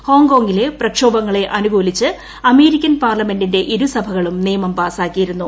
ഷ്യോക്കോംഗിലെ പ്രക്ഷോഭങ്ങളെ അനുകൂലിച്ച് അമേരിക്കൻ പാർല്ല്മിങ്ങിട്ന്റെ ഇരുസഭകളും നിയമം പാസാക്കിയിരുന്നു